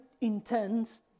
intense